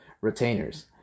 retainers